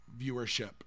viewership